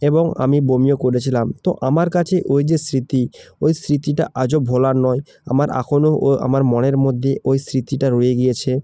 এবং আমি বমিও করেছিলাম তো আমার কাছে ওই যে স্মৃতি ওই স্মৃতিটা আজও ভোলার নয় আমার এখনো আমার মনের মধ্যে ওই স্মৃতিটা রয়ে গিয়েছে